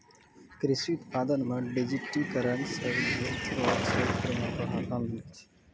कृषि उत्पादन मे डिजिटिकरण से उद्योग रो क्षेत्र मे बढ़ावा मिलै छै